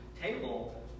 table